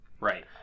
Right